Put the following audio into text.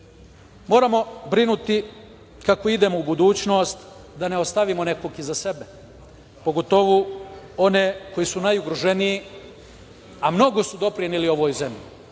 pravcu. Moramo brinuti, kako idemo u budućnost, da ne ostavimo nekog iza sebe, pogotovo one koji su najugroženiji, a mnogo su doprineli ovoj zemlji,